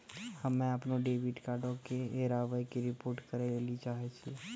हम्मे अपनो डेबिट कार्डो के हेराबै के रिपोर्ट करै लेली चाहै छियै